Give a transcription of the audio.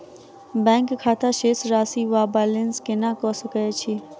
Bank खाता शेष राशि वा बैलेंस केना कऽ सकय छी?